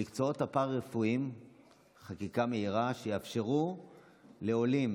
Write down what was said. חקיקה מהירה למקצועות הפארה-רפואיים שתאפשר לעולים